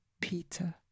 Peter